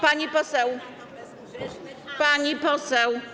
Pani poseł, pani poseł.